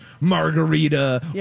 margarita